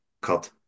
cut